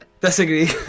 Disagree